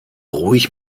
ruhig